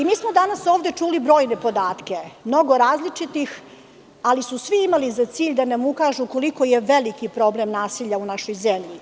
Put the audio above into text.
Danas smo ovde čuli brojne podatke, mnogo različitih, ali su svi imali za cilj da nam ukažu koliko je veliki problem nasilja u našoj zemlji.